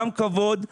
גם כבוד,